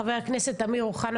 חבר הכנסת אמיר אוחנה,